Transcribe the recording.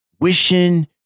wishing